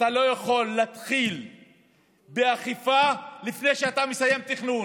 אתה לא יכול להתחיל באכיפה לפני שאתה מסיים תכנון.